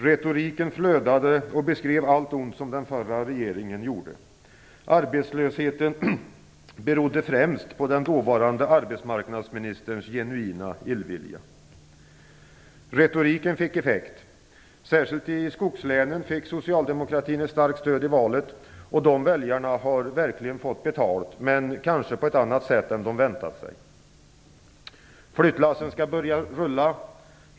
Retoriken flödade och beskrev allt ont som den förra regeringen hade gjort. Arbetslösheten berodde främst på den dåvarande arbetsmarknadsministerns genuina illvilja. Retoriken fick effekt. Särskilt i skogslänen fick socialdemokratin ett starkt stöd i valet. Dessa väljare har verkligen fått betalt, men kanske på ett annat sätt än de hade väntat sig: Flyttlassen skall börja rulla.